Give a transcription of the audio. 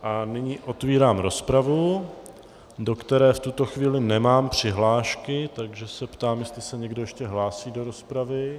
A nyní otevírám rozpravu, do které v tuto chvíli nemám přihlášky, takže se ptám, jestli se někdo ještě hlásí do rozpravy.